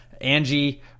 Angie